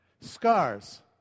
Scars